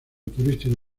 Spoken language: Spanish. turístico